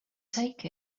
take